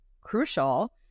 crucial